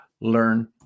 learn